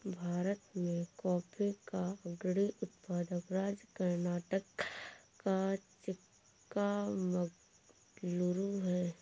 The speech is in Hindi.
भारत में कॉफी का अग्रणी उत्पादक राज्य कर्नाटक का चिक्कामगलूरू है